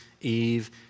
Eve